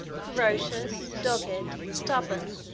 ferocious, dogged, stubborn,